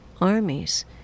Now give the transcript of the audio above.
armies